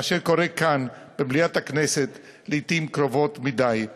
אשר קורה כאן במליאת הכנסת לעתים קרובות מידי.